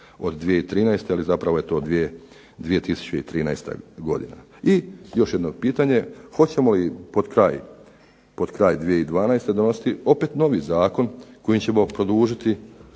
od 2013., ali zapravo je to 2013. godina. I još jedno pitanje, hoćemo li potkraj 2012. donositi opet novi zakon kojim ćemo produžiti